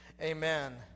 amen